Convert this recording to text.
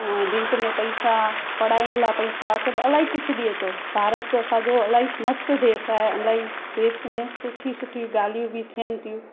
अ bank में पैसा पढ़ाइनि लाइ पैसा सभु इलाही कुझु ॾिए थो भारत असांजो इलाही मस्तु देश आहे इलाही देश में सुठी सुठी ॻाल्हियूं बि थियनि थियूं